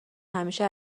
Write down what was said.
همیشه